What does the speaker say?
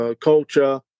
culture